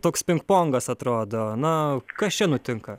toks pingpongas atrodo na kas čia nutinka